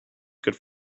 could